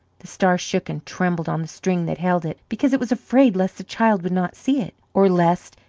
the star shook and trembled on the string that held it, because it was afraid lest the child would not see it, or lest,